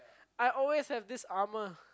I always have this armour